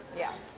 yeah.